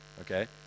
Okay